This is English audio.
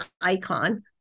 icon